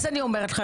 אז אני אומרת לך,